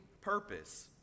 purpose